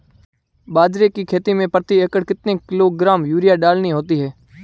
बाजरे की खेती में प्रति एकड़ कितने किलोग्राम यूरिया डालनी होती है?